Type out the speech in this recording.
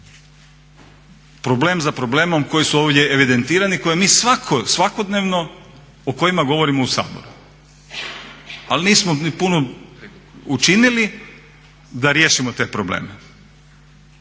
problem za problemom koji su ovdje evidentirani o kojima mi svakodnevno govorimo u Saboru, ali nismo ni puno učinili da riješimo te probleme.